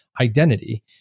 identity